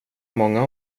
många